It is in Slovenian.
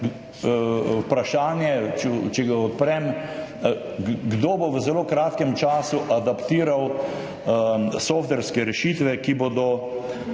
vprašanje, če ga odprem, kdo bo v zelo kratkem času adaptiral softverske rešitve, ki bodo